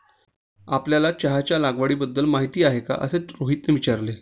आपल्याला चहाच्या लागवडीबद्दल माहीती आहे का असे रोहितने विचारले?